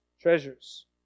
treasures